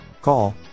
Call